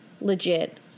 legit